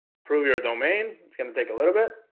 approve your domain it's gonna take a little bit